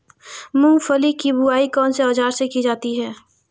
मूंगफली की बुआई कौनसे औज़ार से की जाती है?